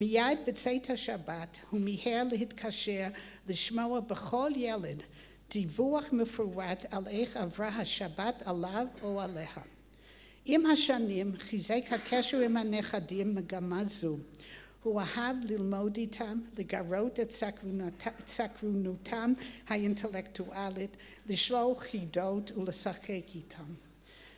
מיד בצאת השבת הוא מיהר להתקשר לשמוע בכל ילד דיווח מפורט על איך עברה השבת עליו או עליה. עם השנים חיזק הקשר עם הנכדים מגמה זו. הוא אהב ללמוד איתם לגרות את סקרנותם האינטלקטואלית לשלוח חידות ולשחק איתם